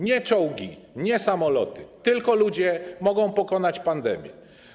Nie czołgi, nie samoloty, tylko ludzie mogą pokonać pandemię.